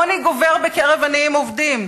עוני גובר בקרב עניים עובדים,